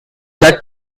that